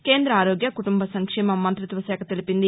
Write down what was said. కేంద ఆరోగ్య కుటుంబ సంక్షేమ మంతిత్వ శాఖ తెలిపింది